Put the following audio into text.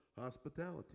hospitality